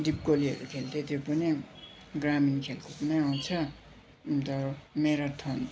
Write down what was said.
डिपगोलीहरू खेल्थ्यो त्यो पनि ग्रामीण खेलकुदमा आउँछ अन्त म्याराथन